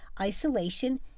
isolation